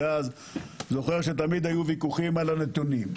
תמיד היו ויכוחים על הנתונים.